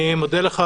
אני מודה לך,